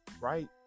right